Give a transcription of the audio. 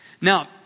Now